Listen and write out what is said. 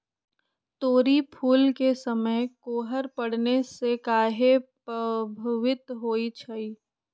तोरी फुल के समय कोहर पड़ने से काहे पभवित होई छई?